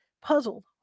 Puzzled